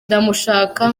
ndamushaka